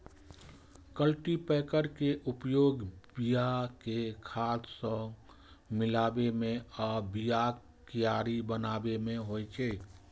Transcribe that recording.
cultipacker के उपयोग बिया कें खाद सं मिलाबै मे आ बियाक कियारी बनाबै मे होइ छै